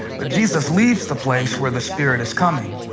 but jesus leaves the place where the spirit is coming